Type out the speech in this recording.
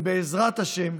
בעזרת השם,